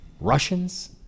Russians